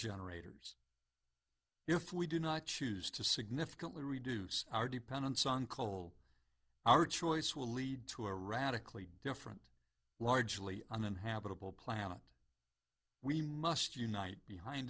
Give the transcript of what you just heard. generators if we do not choose to significantly reduce our dependence on coal our choice will lead to a radically different largely uninhabitable planet we must unite behind